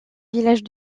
villages